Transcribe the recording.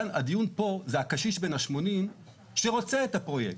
הדיון פה זה הקשיש בן ה-80 שרוצה את הפרויקט.